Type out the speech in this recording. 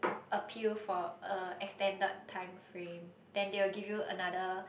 appeal for a extended time frame then they will give you another